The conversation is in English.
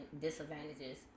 disadvantages